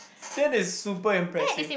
that is super impressive